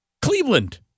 Cleveland